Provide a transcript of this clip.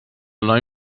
noi